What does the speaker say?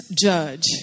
judge